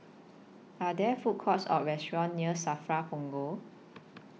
Are There Food Courts Or restaurants near SAFRA Punggol